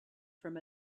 from